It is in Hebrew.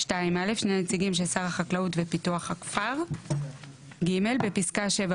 "(2א) שני נציגים של שר החקלאות ופיתוח הכפר,"; בפסקה (7),